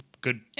good